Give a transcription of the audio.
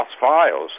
files